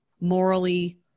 morally